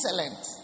excellent